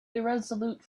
irresolute